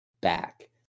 back